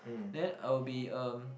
then I will be um